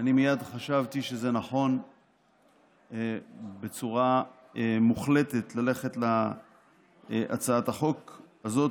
ואני מייד חשבתי שזה נכון בצורה מוחלטת ללכת להצעת החוק הזאת,